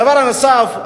הדבר הנוסף,